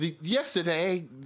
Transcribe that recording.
Yesterday